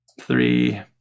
three